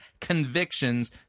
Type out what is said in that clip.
convictions